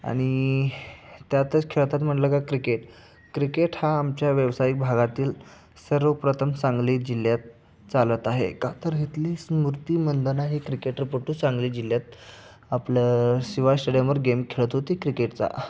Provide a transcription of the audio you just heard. आणि त्यातच खेळतात म्हटलं का क्रिकेट क्रिकेट हा आमच्या व्यावसायिक भागातील सर्वप्रथम सांगली जिल्ह्यात चालत आहे का तर इथली स्मृती मंधाना ही क्रिकेटपटू सांगली जिल्ह्यात आपलं शिवाजी श्टेडियमवर गेम खेळत होती क्रिकेटचा